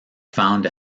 found